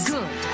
Good